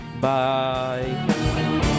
Bye